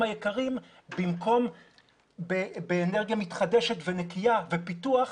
היקרים במקום באנרגיה מתחדשת ונקייה ופיתוח.